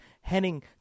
Henning